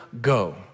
go